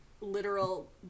literal